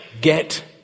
Get